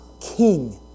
king